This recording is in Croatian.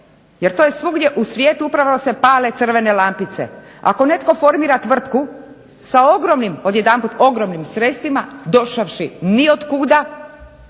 jer to je svugdje u svijetu upravo se pale crvene lampice, ako netko formira tvrtku sa ogromnim, odjedanput ogromnim sredstvima došavši niotkuda